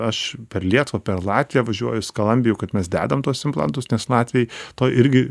aš per lietuvą per latviją važiuoju skalambiju kad mes dedam tuos implantus nes latviai to irgi